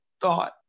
thought